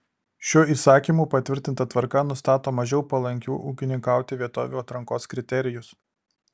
šiuo įsakymu patvirtinta tvarka nustato mažiau palankių ūkininkauti vietovių atrankos kriterijus